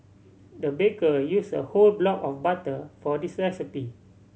the baker used a whole block of butter for this recipe